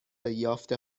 یافته